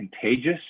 contagious